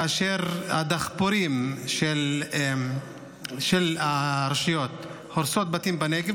כאשר הדחפורים של הרשויות הורסים בתים בנגב,